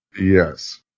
Yes